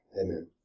Amen